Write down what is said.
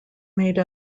made